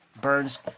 Burns